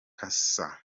cassa